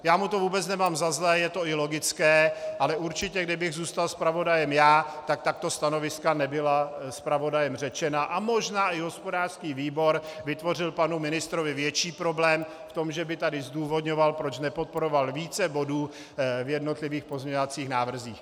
Já mu to vůbec nemám za zlé, je to i logické, ale určitě kdybych zůstal zpravodajem já, tak tato stanoviska nebyla zpravodajem řečena a možná i hospodářský výbor vytvořil panu ministrovi větší problém v tom, že by tady zdůvodňoval, proč nepodporoval více bodů v jednotlivých pozměňovacích návrzích.